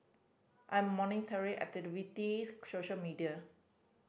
I am monitoring activities social media